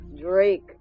Drake